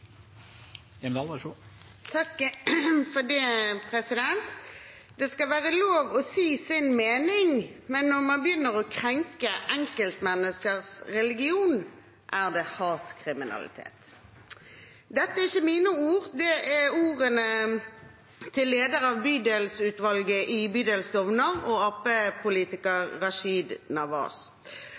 Det skal være lov å si sin mening, men når man begynner å krenke enkeltmenneskers religion, er det hatkriminalitet. Dette er ikke mine ord. Det er ordene til lederen av bydelsutvalget i bydel Stovner og